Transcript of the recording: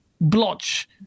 blotch